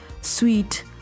sweet